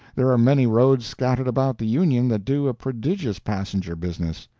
there are many roads scattered about the union that do a prodigious passenger business.